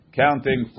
counting